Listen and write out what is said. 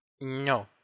No